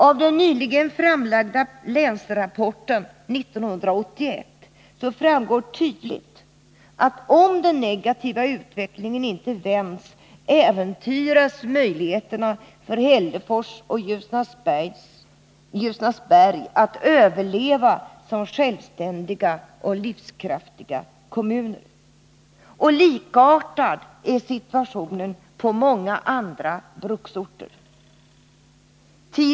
Av den nyligen framlagda Länsrapport 1981 framgår tydligt att, om den negativa utvecklingen inte vänds, äventyras möjligheterna för Hällefors och Ljusnarsberg att överleva som självständiga och livskraftiga kommuner. Likartad är situationen på många andra bruksorter.